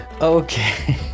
okay